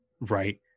Right